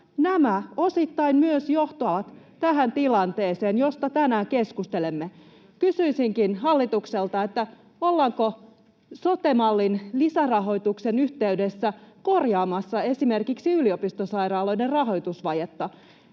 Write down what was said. Nämä osittain myös johtavat tähän tilanteeseen, josta tänään keskustelemme. Kysyisinkin hallitukselta: ollaanko sote-mallin lisärahoituksen yhteydessä korjaamassa esimerkiksi yliopistosairaaloiden rahoitusvajetta?